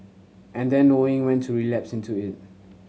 and then knowing when to relapse into it